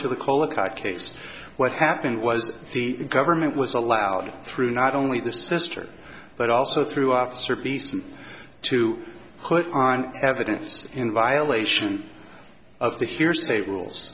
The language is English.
to the cole attack case what happened was the government was allowed through not only the sister but also through officer peace and to put on evidence in violation of the hearsay rules